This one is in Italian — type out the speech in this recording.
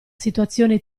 situazione